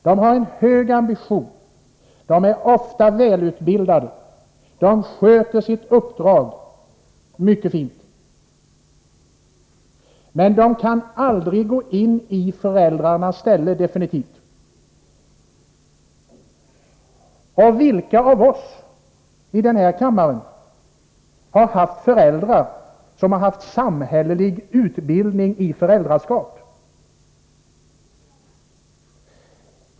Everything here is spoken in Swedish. De har en hög ambition, de är ofta välutbildade, de sköter sin uppgift mycket fint, men de kan aldrig definitivt gå ini föräldrarnas ställe. Vilka av oss i den här kammaren har haft föräldrar som fått samhällelig utbildning i föräldraskap?